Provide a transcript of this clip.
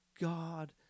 God